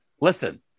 listen